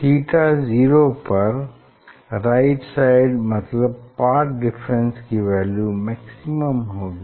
theta zero पर right side मतलब path difference की वैल्यू मैक्सिमम होगी